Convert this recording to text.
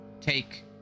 take